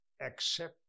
accept